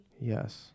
Yes